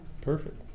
perfect